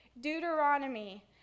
Deuteronomy